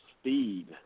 speed